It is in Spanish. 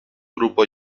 grupo